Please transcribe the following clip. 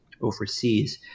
overseas